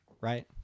Right